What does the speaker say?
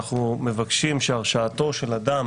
אנחנו מבקשים שהרשעתו של אדם